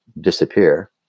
disappear